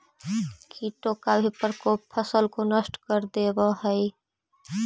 कीटों का भी प्रकोप फसल को नष्ट कर देवअ हई